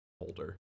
holder